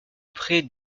près